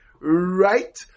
Right